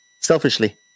Selfishly